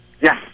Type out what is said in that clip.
Yes